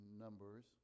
numbers